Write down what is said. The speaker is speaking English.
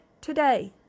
today